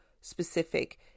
specific